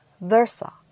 versa